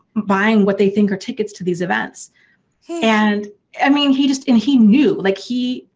buying what they think are tickets to these events and i mean he just. and he knew, like he.